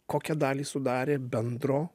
kokią dalį sudarė bendro